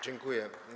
Dziękuję.